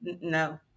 No